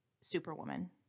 superwoman